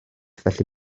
felly